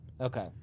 Okay